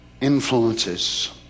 influences